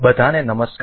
બધા ને નમસ્કાર